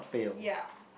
ya